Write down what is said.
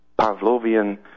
Pavlovian